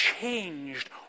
changed